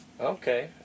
Okay